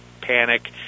panic